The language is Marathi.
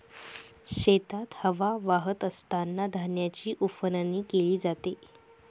शेतात हवा वाहत असतांना धान्याची उफणणी केली जाते